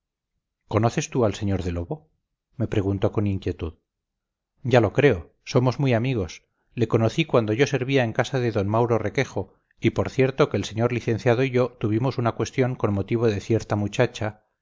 conoces tú al sr de lobo me preguntó con inquietud ya lo creo somos muy amigos le conocí cuando yo servía en casa de d mauro requejo y por cierto que el señor licenciado y yo tuvimos una cuestión con motivo de cierta muchacha